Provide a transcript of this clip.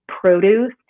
produce